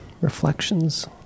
reflections